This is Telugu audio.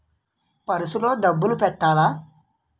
పుర్సె లో డబ్బులు పెట్టలా?